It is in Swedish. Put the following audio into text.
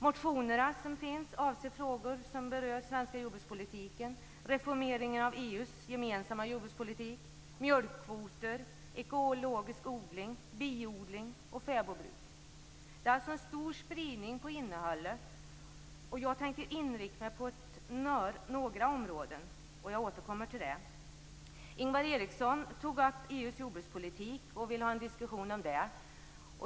Motionerna avser frågor om den svenska jordbrukspolitiken, reformering av EU:s gemensamma jordbrukspolitik, mjölkkvoter, ekologisk odling, biodling och fäbodbruk. Det är alltså stor spridning på innehållet. Jag tänker inrikta mig på några områden, och det skall jag återkomma till. Ingvar Eriksson tog upp frågan om EU:s jordbrukspolitik och vill ha en diskussion om den.